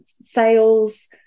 sales